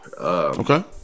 Okay